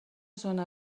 zona